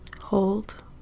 Hold